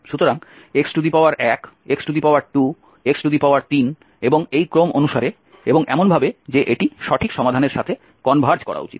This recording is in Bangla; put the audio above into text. সুতরাং x1 x2 x3 এবং এই ক্রম অনুসারে এবং এমনভাবে যে এটি সঠিক সমাধানের সাথে কনভার্জ করা উচিত